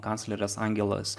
kanclerės angelos